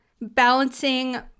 balancing